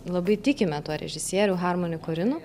labai tikime tuo režisieriu harmoni korinu